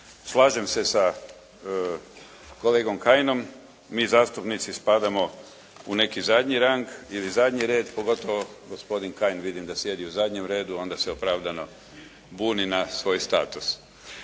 Slažem se sa kolegom Kajinom. Mi zastupnici spadamo u neki zadnji rang ili zadnji red pogotovo gospodin Kajin. Vidim da sjedi u zadnjem redu, onda se opravdano budi na svoj status.